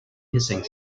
hissing